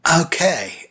Okay